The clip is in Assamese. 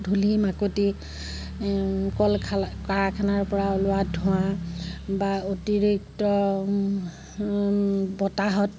ধূলি মাকতি কল কাৰখানাৰ পৰা ওলোৱা ধোঁৱা বা অতিৰিক্ত বতাহত